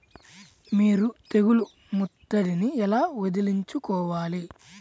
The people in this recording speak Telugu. మీరు తెగులు ముట్టడిని ఎలా వదిలించుకోవాలి?